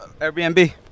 Airbnb